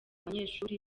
banyeshuri